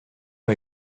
are